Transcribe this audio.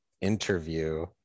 interview